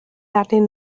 arnyn